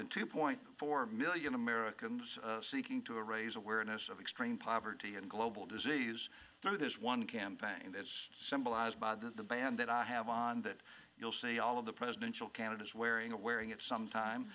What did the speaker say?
than two point four million americans seeking to raise awareness of extreme poverty and global disease so there's one campaign that's symbolized by the band that i have on that you'll see all of the presidential candidates wearing a wearing at some time